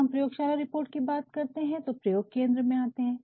जब हम प्रयोगशाला रिपोर्ट की बात करते हैं तो प्रयोग केंद्र में आते हैं